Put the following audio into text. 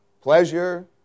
pleasure